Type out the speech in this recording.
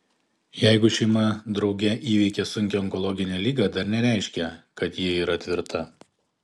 jeigu šeima drauge įveikė sunkią onkologinę ligą dar nereiškia kad ji yra tvirta